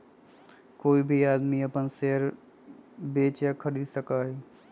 कोई भी आदमी अपन शेयर बेच या खरीद सका हई